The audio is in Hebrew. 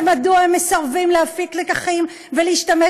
ומדוע הם מסרבים להפיק לקחים ולהשתמש